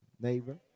Neighbor